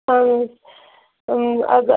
اۭں اۭں اَگہ